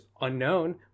unknown